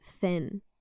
thin